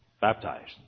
Baptized